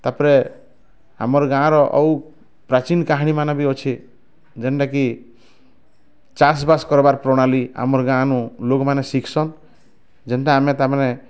ତା'ପରେ ଆମର ଗାଁର ଆଉ ପ୍ରାଚୀନ କାହାଣୀ ମାନେ ବି ଅଛି ଯେନଟାକି ଚାଷ ବାସ କରିବାର ପ୍ରଣାଳୀ ଆମର ଗାଁନୁ ଲୋକ ମାନେ ଶିଖସନ ଯେନ୍ତା ଆମେ ତା'ମାନେ